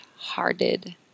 hearted